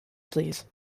please